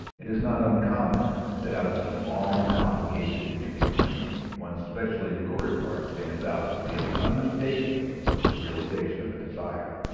it is not uncommon that out of some long, complicated and intricate dream one specially lucid part stands out containing unmistakably the realization of a desire,